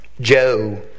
Joe